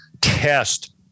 test